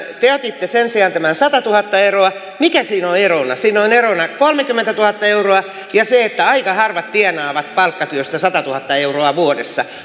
te jätitte sen sijaan tämän satatuhatta euroa mikä siinä on erona siinä on erona kolmekymmentätuhatta euroa ja se että aika harvat tienaavat palkkatyöstä satatuhatta euroa vuodessa